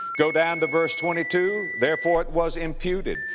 go down to verse twenty two, therefore it was imputed.